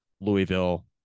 Louisville